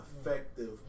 effective